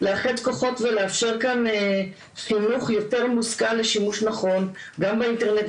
לאחד כוחות ולאפשר כן חינוך יותר מושכל לשימוש נכון גם באינטרנט,